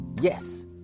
yes